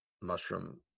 mushroom